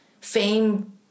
fame